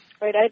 Right